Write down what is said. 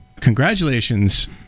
congratulations